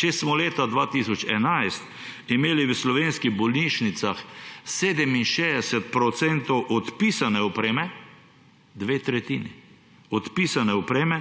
Če smo leta 2011 imeli v slovenskih bolnišnicah 67 % odpisane opreme, dve tretjini odpisane opreme,